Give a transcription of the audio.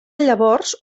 llavors